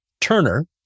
Turner